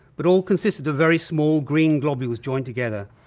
but all consisted of very small green globules joined together,